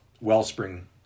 Wellspring